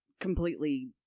completely